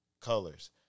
colors